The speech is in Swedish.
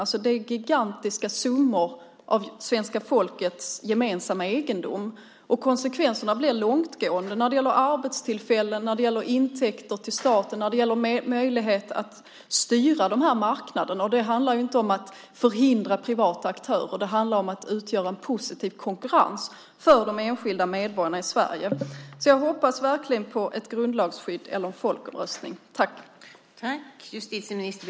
Detta handlar om gigantiska summor av svenska folkets gemensamma egendom. Och konsekvenserna blir långtgående när det gäller arbetstillfällen, intäkter till staten och möjligheter att styra dessa marknader. Det handlar inte om att förhindra privata aktörer, utan det handlar om att de ska utgöra en positiv konkurrens för de enskilda medborgarna i Sverige. Jag hoppas verkligen på ett grundlagsskydd eller en folkomröstning.